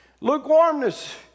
Lukewarmness